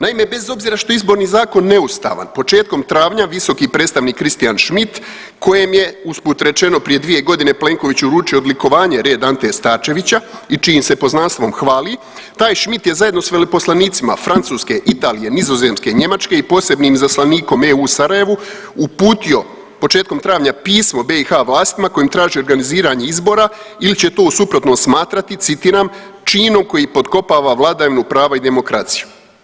Naime, bez obzira što je Izborni zakon neustavan, početkom travnja visoki predstavnik Christian Schmidt kojem je usput rečeno prije 2.g. Plenković uručio odlikovanje Red Ante Starčevića i čijim se poznanstvom hvali taj Schmidt je zajedno s veleposlanicima Francuske, Italije, Nizozemske, Njemačke i posebnim izaslanikom EU u Sarajevu uputio početkom travnja pismo BiH vlastima kojim traži organiziranje izbora ili će to u suprotnom smatrati citiram činom koji potkopava vladavinu prava i demokraciju.